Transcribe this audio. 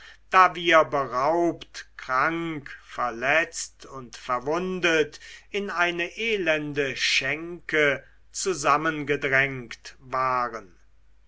da wir beraubt krank verletzt und verwundet in eine elende schenke zusammengedrängt waren